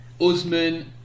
Usman